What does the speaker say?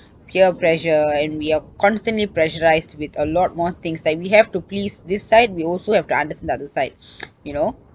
peer pressure and we are constantly pressurised with a lot more things like we have to please this side we also have to understand the other side you know